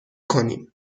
کنیم